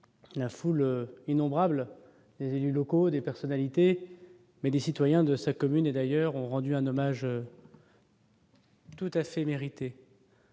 a foule innombrable des élus locaux, des personnalités mais les citoyens de sa commune et d'ailleurs ont rendu un hommage. Tout assez mérité.